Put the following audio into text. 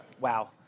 Wow